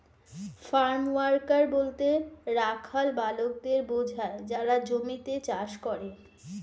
farm worker বলতে রাখাল বালকদের বোঝায় যারা জমিতে চাষ করে